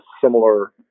similar